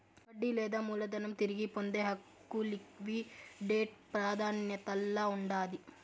వడ్డీ లేదా మూలధనం తిరిగి పొందే హక్కు లిక్విడేట్ ప్రాదాన్యతల్ల ఉండాది